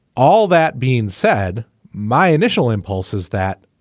all that being said my initial impulse is that